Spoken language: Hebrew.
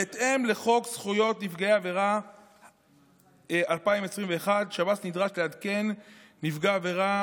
בהתאם לחוק זכויות נפגעי עבירה מ-2021 שב"ס נדרש לעדכן נפגע עבירה,